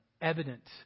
evident